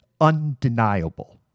undeniable